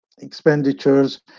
expenditures